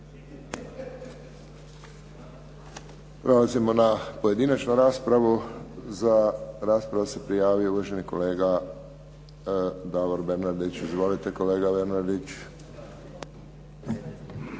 Prelazimo na pojedinačnu raspravu. Za raspravu se prijavio uvaženi kolega Davor Bernardić. Izvolite kolega Bernardić.